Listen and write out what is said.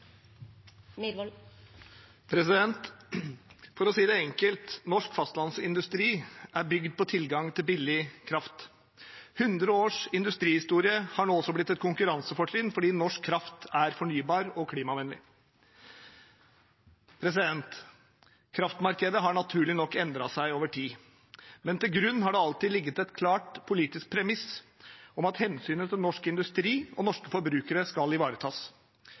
For å si det enkelt: Norsk fastlandsindustri er bygd på tilgang til billig kraft. 100 års industrihistorie har nå også blitt et konkurransefortrinn, fordi norsk kraft er fornybar og klimavennlig. Kraftmarkedet har naturlig nok endret seg over tid. Men til grunn har det alltid ligget et klart politisk premiss om at hensynet til norsk industri og norske forbrukere skal ivaretas.